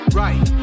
right